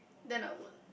then I would